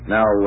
Now